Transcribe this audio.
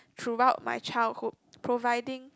throughout my childhood providing